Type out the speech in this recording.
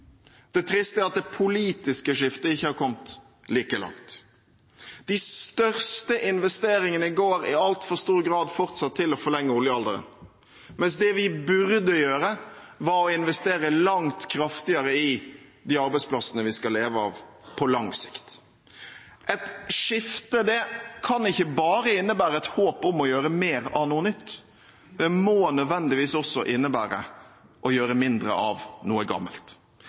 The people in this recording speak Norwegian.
Det triste er at det politiske skiftet ikke har kommet like langt. De største investeringene går i altfor stor grad fortsatt til å forlenge oljealderen, mens det vi burde gjøre, er å investere langt kraftigere i de arbeidsplassene vi skal leve av på lang sikt. Et skifte kan ikke bare innebære et håp om å gjøre mer av noe nytt, det må nødvendigvis også innebære å gjøre mindre av noe gammelt.